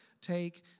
take